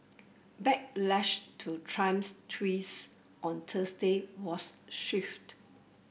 backlash to Trump's tweets on Thursday was swift